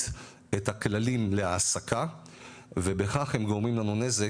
את הכללים להעסקה ובכך הם גורמים לנו נזק,